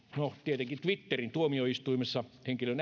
no tietenkin twitterin tuomioistuimessa henkilön